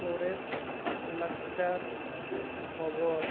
ᱥᱚᱨᱮᱥ ᱞᱟᱠᱪᱟᱨ ᱠᱷᱚᱵᱚᱨ